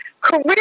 career